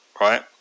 right